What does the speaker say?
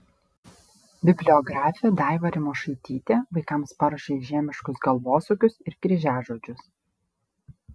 bibliografė daiva rimošaitytė vaikams paruošė žiemiškus galvosūkius ir kryžiažodžius